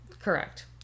Correct